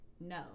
No